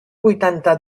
vuitanta